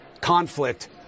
conflict